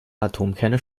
atomkerne